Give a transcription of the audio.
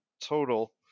total